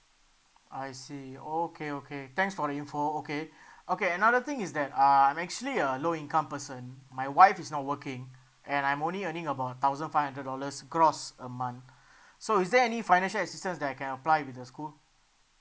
I see okay okay thanks for the info okay okay another thing is that uh I'm actually a low income person my wife is not working and I'm only earning about thousand five hundred dollars gross a month so is there any financial assistance that I can apply with the school